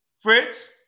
Fritz